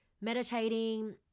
meditating